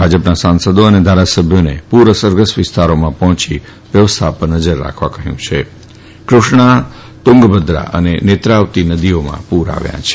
ભાજપના સાંસદો અને ધારાસભ્યોને પૂર અસરગ્રસ્ત વિસ્તારોમાં પહોંચી વ્યવસ્થા પર નજર રાખવા કહ્યું છે કૃષ્ણા તુંગભદ્રા અને નેત્રાવતી નદીઓમાં પૂર આવ્યાં છે